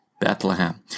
Bethlehem